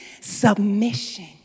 submission